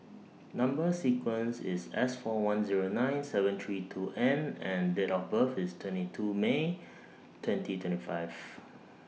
Number sequence IS S four one Zero nine seven three two N and Date of birth IS twenty two May twenty twenty five